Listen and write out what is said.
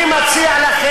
נא לסיים.